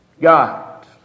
God